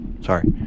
Sorry